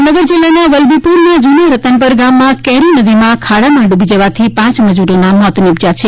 ભાવનગર જિલ્લાના વલ્લભીપુરના જૂના રતનપર ગામમાં કેરી નદીના ખાડામાં ડૂબી જવાથી પાંચ મજૂરોના મોત નિપજ્યા છે